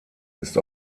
ist